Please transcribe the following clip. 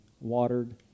watered